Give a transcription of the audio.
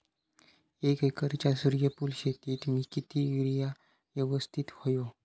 एक एकरच्या सूर्यफुल शेतीत मी किती युरिया यवस्तित व्हयो?